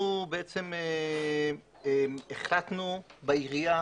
אנחנו החלטנו בעירייה